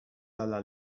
dalla